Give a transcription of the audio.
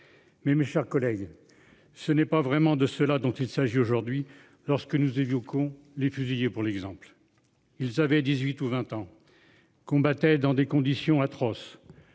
Mais mes chers collègues. Ce n'est pas vraiment de cela dont il s'agit aujourd'hui lorsque nous évoquons les fusillés pour l'exemple. Ils avaient 18 ou 20 ans. Combattaient dans des conditions atroces.